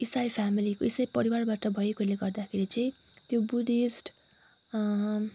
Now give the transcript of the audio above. इसाई फ्यामिली इसाई परिवारबाट भएकोले गर्दाखेरि चाहिँ त्यो बुद्धिस्ट